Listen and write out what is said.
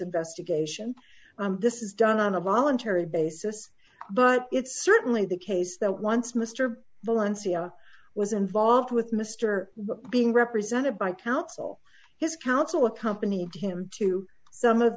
investigation d and this is done on a voluntary basis but it's certainly the case that once mr valencia was involved with mr being represented by counsel his counsel accompanied him to some of